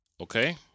Okay